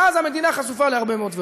ואז המדינה חשופה להרבה מאוד תביעות.